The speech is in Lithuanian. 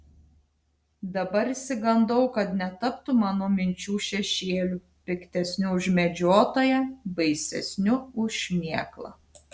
dabar išsigandau kad netaptų mano minčių šešėliu piktesniu už medžiotoją baisesniu už šmėklą